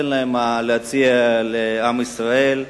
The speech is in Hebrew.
אין להם מה להציע לעם ישראל.